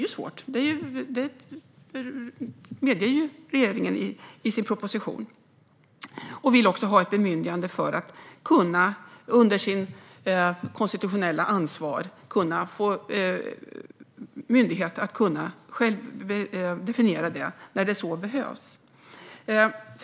Det är svårt; det medger regeringen i sin proposition. Regeringen vill också ha ett bemyndigande för att under sitt konstitutionella ansvar genom myndigheten själv definiera det när så behövs.